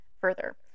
further